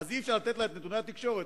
אז אי-אפשר לתת לה את נתוני התקשורת?